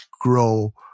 grow